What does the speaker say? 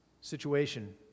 situation